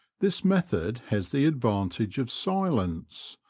this method has the advantage of silence,